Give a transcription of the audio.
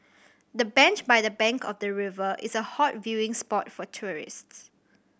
the bench by the bank of the river is a hot viewing spot for tourists